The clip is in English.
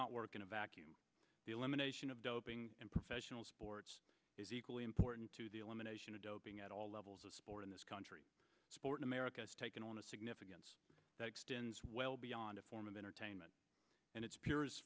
not work in a vacuum the elimination of doping in professional sports is equally important to the elimination of doping at all levels of sport in this country sport in america has taken on a significance that extends well beyond a form of entertainment and its purest